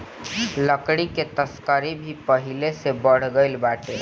लकड़ी के तस्करी भी पहिले से बढ़ गइल बाटे